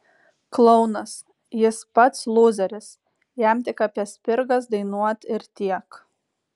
klounas jis pats lūzeris jam tik apie spirgas dainuot ir tiek